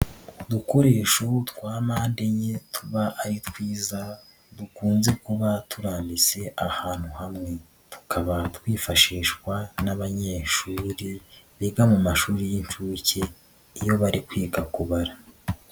Udukoresho twa mpande enye tuba ari twiza, dukunze kuba turambitse ahantu hamwe, tukaba twifashishwa n'abanyeshuri biga mu mashuri y'inshuke iyo bari kwiga kubara.